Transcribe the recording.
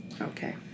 Okay